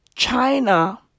China